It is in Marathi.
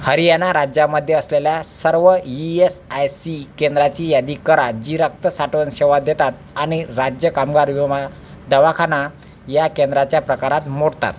हरियाणा राज्यामध्ये असलेल्या सर्व ई एस आय सी केंद्राची यादी करा जी रक्त साठवण सेवा देतात आणि राज्य कामगार विमा दवाखाना या केंद्राच्या प्रकारात मोडतात